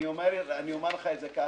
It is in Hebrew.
אני אומר לך את זה כך: